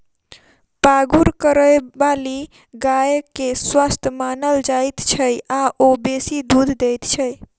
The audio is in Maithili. पागुर करयबाली गाय के स्वस्थ मानल जाइत छै आ ओ बेसी दूध दैत छै